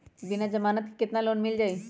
बिना जमानत के केतना लोन मिल जाइ?